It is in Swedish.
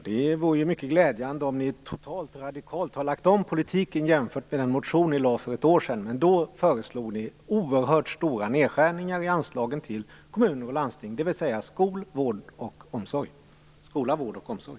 Herr talman! Det vore ju mycket glädjande om moderaterna totalt och radikalt har lagt om politiken jämfört med den motion ni lade fram för ett år sedan. Då föreslog ni oerhört stora nedskärningar i anslagen till kommuner och landsting, dvs. skola, vård och omsorg.